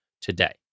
today